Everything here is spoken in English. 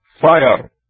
fire